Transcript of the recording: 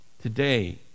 Today